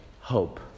hope